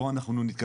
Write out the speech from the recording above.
בואו אנחנו נתכבד,